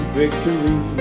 victory